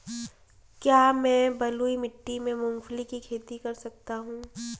क्या मैं बलुई मिट्टी में मूंगफली की खेती कर सकता हूँ?